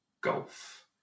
golf